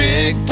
Big